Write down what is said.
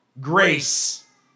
grace